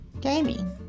gaming